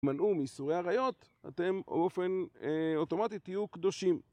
הימנעו מאיסורי עריות, אתם באופן אוטומטי תהיו קדושים